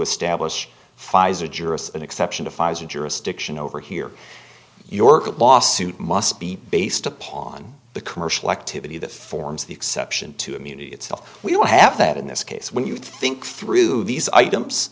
establish pfizer jurist an exception to pfizer jurisdiction over here york a lawsuit must be based upon the commercial activity that forms the exception to immunity itself we don't have that in this case when you think through these items